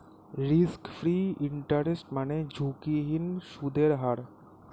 risk free interest মানে ঝুঁকিহীন সুদের হার